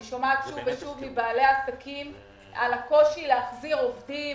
אני שומעת שוב ושוב מבעלי העסקים על הקושי להחזיר עובדים,